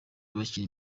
bakina